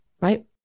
right